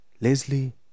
Leslie